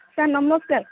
sir ନମସ୍କାର